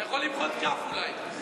אתה יכול למחוא כף אולי.